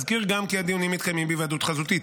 אזכיר גם כי הדיונים מתקיימים בהיוועדות חזותית.